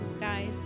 guys